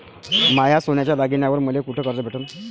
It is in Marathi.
माया सोन्याच्या दागिन्यांइवर मले कुठे कर्ज भेटन?